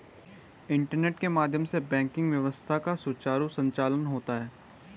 internet के माध्यम से बैंकिंग व्यवस्था का सुचारु संचालन होता है